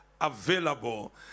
available